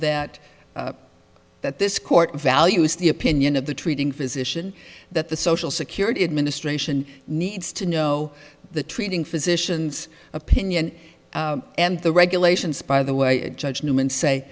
that that this court value is the opinion of the treating physician that the social security administration needs to know the treating physicians opinion and the regulations by the way judge newman say